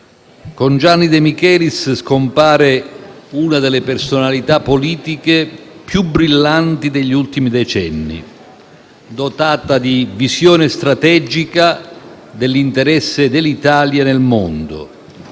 con Gianni De Michelis scompare una delle personalità politiche più brillanti degli ultimi decenni, dotata di visione strategica dell'interesse dell'Italia nel mondo.